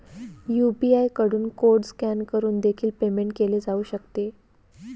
UPI कडून code scan करून देखील पेमेंट केले जाऊ शकते